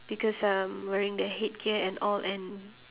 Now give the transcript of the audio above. because um wearing the headgear and all and